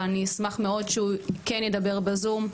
אבל אני אשמח מאוד שהוא כן ידבר בזום.